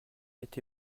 été